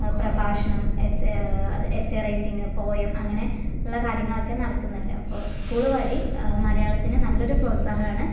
പ്രഭാഷണം essay essay writing poem അങ്ങനെ ഉള്ള കാര്യങ്ങളൊക്കെ നടക്കുന്നുണ്ട് അപ്പോൾ സ്കൂൾ വഴി മലയാളത്തിന് നല്ലൊരു പ്രോൽസാഹനമാണ്